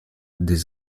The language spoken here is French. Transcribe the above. des